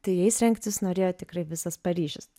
tai jais rengtis norėjo tikrai visas paryžius